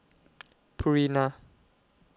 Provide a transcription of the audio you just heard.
Purina